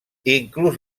inclús